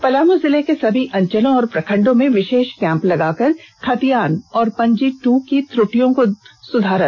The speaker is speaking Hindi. पलामू जिले के सभी अंचलों और प्रखंडों में विषेष कैम्प लगाकर खतियान और पंजी टू की त्रुटियों को सुधारा जा रहा है